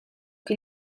che